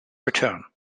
return